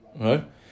Right